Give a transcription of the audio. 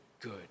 good